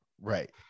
right